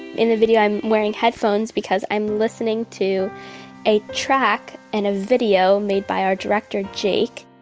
in the video i'm wearing headphones. because i'm listening to a track and a video made by our director, jake,